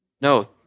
No